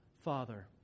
Father